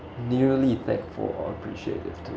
nearly effect for appreciated tool